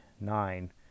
nine